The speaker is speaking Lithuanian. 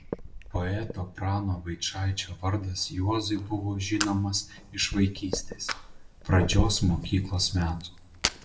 poeto prano vaičaičio vardas juozui buvo žinomas iš vaikystės pradžios mokyklos metų